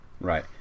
Right